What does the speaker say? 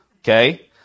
Okay